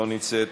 לא נמצאת,